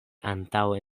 antaŭe